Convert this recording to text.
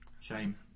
Shame